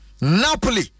Napoli